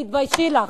תתביישי לך.